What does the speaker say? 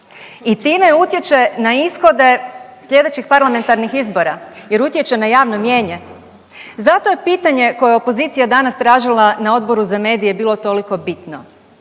i time utječe na ishode sljedećih parlamentarnih izbora jer utječe na javno mnijenje. Zato je pitanje koje je opozicija danas tražila na Odboru za medije bilo toliko bitno,